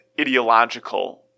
ideological